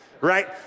right